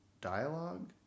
dialogue